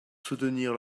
soutenir